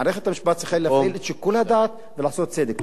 מערכת המשפט צריכה להפעיל את שיקול הדעת ולעשות צדק.